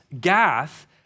Gath